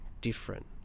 different